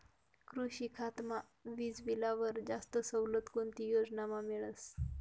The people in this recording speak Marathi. कृषी खातामा वीजबीलवर जास्त सवलत कोणती योजनामा मिळस?